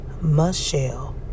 michelle